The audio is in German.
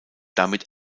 damit